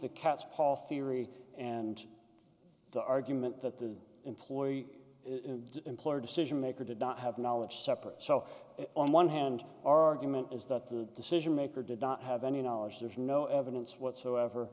the cats paul theory and the argument that the employee employer decision maker did not have knowledge separate so on one hand our argument is that the decision maker did not have any knowledge there's no evidence whatsoever